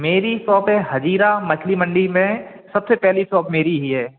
मेरी शॉप है हज़ीरा मछली मंडी में सबसे पहली शॉप मेरी ही है